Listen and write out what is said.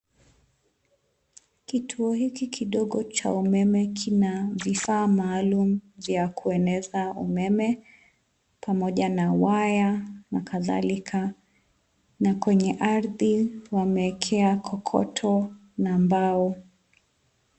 Kituo hiki kidogo cha umeme kina vifaa maalum vya kueneza umeme. Pamoja na waya na kadhalika na kwenye ardhi wameekea kokoto na mbao.